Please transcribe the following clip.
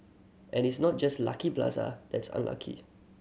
and it's not just Lucky Plaza that's unlucky